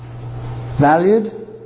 Valued